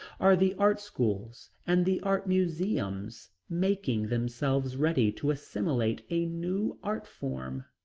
are the art schools and the art museums making themselves ready to assimilate a new art form?